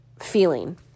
feeling